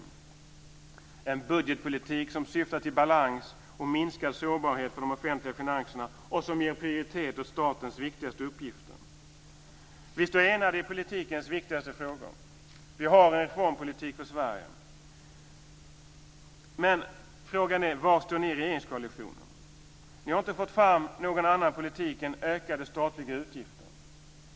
Vi har en budgetpolitik som syftar till balans och minskad sårbarhet för de offentliga finanserna och som ger prioritet åt statens viktigaste uppgifter. Vi står enade i politikens viktigaste frågor. Vi har en reformpolitik för Sverige. Men frågan är: Var står ni i regeringskoalitionen? Ni har inte fått fram någon annan politik än ökade statliga utgifter.